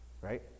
right